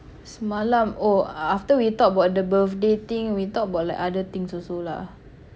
semalam oh after we talk about the birthday thing we talk about like other things also lah